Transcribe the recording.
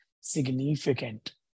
significant